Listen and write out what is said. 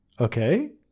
Okay